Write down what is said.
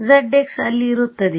Sx ಅಲ್ಲಿ ಇರುತ್ತದೆ